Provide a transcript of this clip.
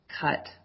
cut